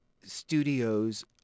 studios